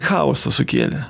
chaosą sukėlė